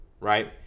right